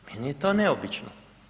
Meni je to neobično.